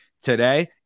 today